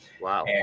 Wow